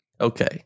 Okay